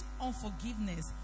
unforgiveness